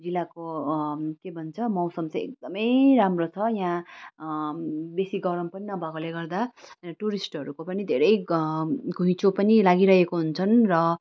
जिल्लाको के भन्छ मौसम चाहिँ एकदमै राम्रो छ यहाँ बेसी गरम पनि नभएकोले गर्दा टुरिस्टहरूको पनि धेरै घुइचो पनि लागिरहेको हुन्छन् र